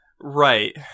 Right